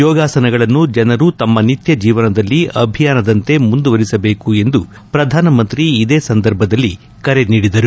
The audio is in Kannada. ಯೋಗಾಸನಗಳನ್ನು ಜನರು ತಮ್ಮ ನಿತ್ಯ ಜೀವನದಲ್ಲಿ ಅಭಿಯಾನದಂತೆ ಮುಂದುವರಿಸಬೇಕು ಎಂದು ಪ್ರಧಾನಮಂತ್ರಿ ಇದೇ ಸಂದರ್ಭದಲ್ಲಿ ಕರೆ ನೀಡಿದರು